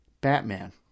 Batman